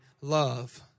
love